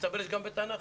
מסתבר שיש גם בתנ"ך.